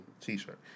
T-shirt